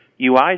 UI